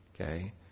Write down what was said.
okay